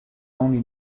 only